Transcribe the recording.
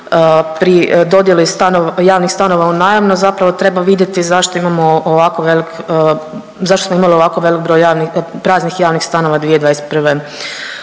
pri dodjeli stanova, javnih stanova u najam, no zapravo treba vidjeti zašto imamo ovako veliki, zašto smo imali ovako velik broj javnih, praznih javnih stanova 2021.,